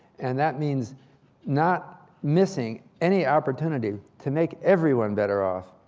and that means not missing any opportunity to make everyone better off.